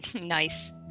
Nice